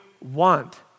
want